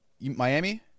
Miami